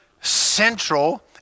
central